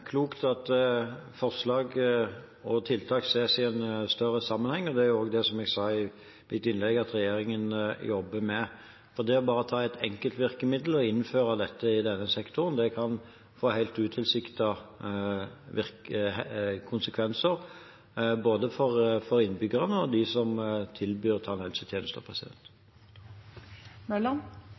jeg sa i mitt innlegg at regjeringen jobber med. Det å bare ta et enkelt virkemiddel og innføre dette i denne sektoren kan få helt utilsiktede konsekvenser for både innbyggerne og dem som tilbyr tannhelsetjenester.